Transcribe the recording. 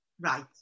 Right